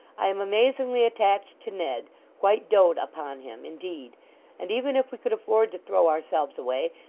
i am amazingly attached to ned quite doat upon him, indeed and even if we could afford to throw ourselves away,